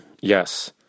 yes